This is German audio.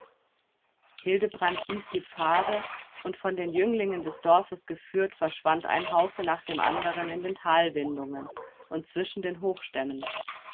hildebrand wies die pfade und von den jünglingen des dorfes geführt verschwand ein haufe nach dem andern in den talwindungen und zwischen den hochstämmen